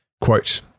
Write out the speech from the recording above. Quote